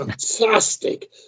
fantastic